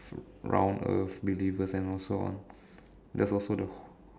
round earth believers and also on there's also the